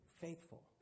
faithful